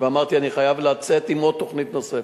ואמרתי: אני חייב לצאת עם תוכנית נוספת,